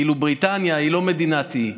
כאילו בריטניה היא לא מדינת אי.